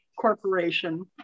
corporation